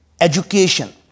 education